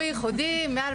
הוא ייחודי, מ-2014.